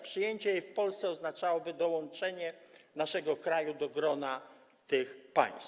Przyjęcie jej w Polsce oznaczałoby dołączenie naszego kraju do grona tych państw.